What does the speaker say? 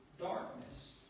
darkness